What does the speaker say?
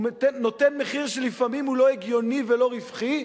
הוא נותן מחיר שלפעמים הוא לא הגיוני ולא רווחי,